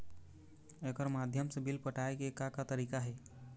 एकर माध्यम से बिल पटाए के का का तरीका हे?